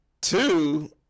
Two